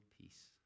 peace